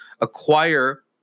acquire